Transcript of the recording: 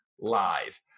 Live